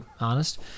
honest